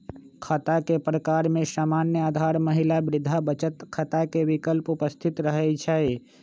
खता के प्रकार में सामान्य, आधार, महिला, वृद्धा बचत खता के विकल्प उपस्थित रहै छइ